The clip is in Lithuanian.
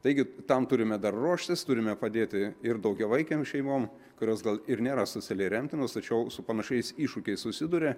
taigi tam turime dar ruoštis turime padėti ir daugiavaikėm šeimom kurios gal ir nėra socialiai remtinos tačiau su panašiais iššūkiais susiduria